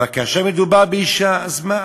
אבל כאשר מדובר באישה, אז מה?